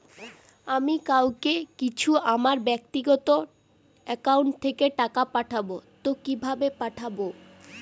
আমি কাউকে কিছু আমার ব্যাক্তিগত একাউন্ট থেকে টাকা পাঠাবো তো কিভাবে পাঠাবো?